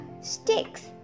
sticks